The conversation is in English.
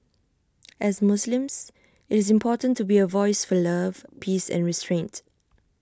as Muslims IT is important to be A voice for love peace and restraint